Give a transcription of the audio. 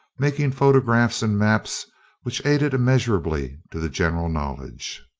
making photographs and maps which added immeasurably to the general knowledge.